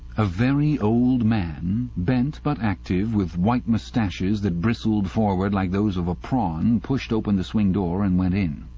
a very old man, bent but active, with white moustaches that bristled forward like those of a prawn, pushed open the swing door and went in.